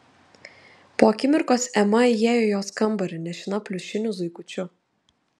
po akimirkos ema įėjo į jos kambarį nešina pliušiniu zuikučiu